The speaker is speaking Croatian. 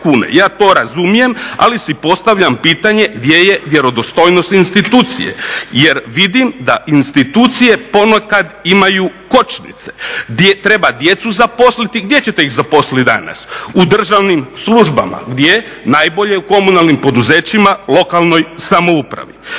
Ja to razumijem ali si postavljam pitanje gdje je vjerodostojnost institucije jer vidim da institucije ponekad imaju kočnice. Treba djecu zaposliti. Gdje ćete ih zaposliti danas? U državnim službama. Gdje? Najbolje u komunalnim poduzećima, lokalnoj samoupravi.